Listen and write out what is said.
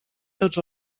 tots